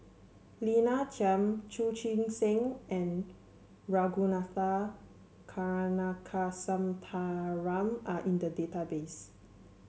Lina Chiam Chu Chee Seng and Ragunathar Kanagasuntheram are in the database